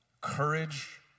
courage